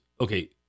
okay